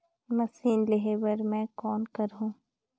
Machine लेहे बर मै कौन करहूं?